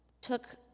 took